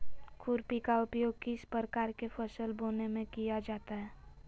खुरपी का उपयोग किस प्रकार के फसल बोने में किया जाता है?